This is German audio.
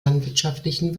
landwirtschaftlichen